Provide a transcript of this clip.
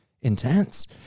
intense